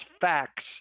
facts